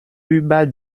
über